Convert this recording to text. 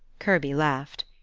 kirby laughed.